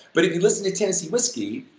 but if you listen to tennessee whiskey,